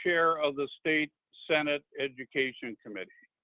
chair of the state senate education committee.